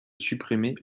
supprimer